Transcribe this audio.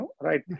right